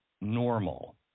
normal